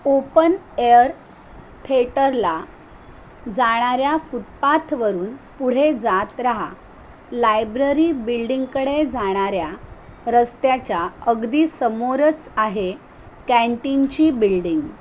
open air थेटरला जाणाऱ्या फुटपाथवरून पुढे जात राहा लायब्ररी बिल्डिंगकडे जाणाऱ्या रस्त्याच्या अगदी समोरच आहे कॅँटीनची बिल्डिंग